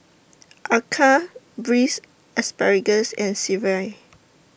Acar Braised Asparagus and Sireh